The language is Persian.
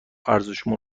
ارزشمون